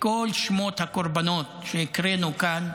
כל שמות הקורבנות שהקראנו כאן,